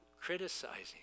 criticizing